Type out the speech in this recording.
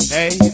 Hey